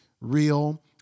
real